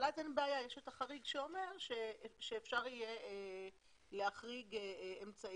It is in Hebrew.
אין בעיה כי יש את החריג שאומר שאפשר יהיה להחריג אמצעי,